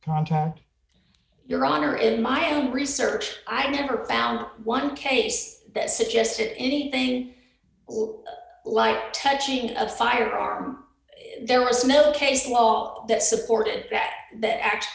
contact your honor in my research i've never found one case that suggested anything like touching a firearm there was no case law that supported that act